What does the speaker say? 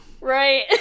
right